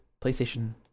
playstation